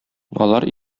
алар